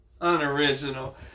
Unoriginal